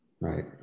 Right